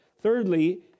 Thirdly